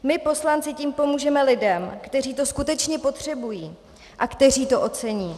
My poslanci tím pomůžeme lidem, kteří to skutečně potřebují a kteří to ocení.